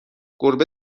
گربه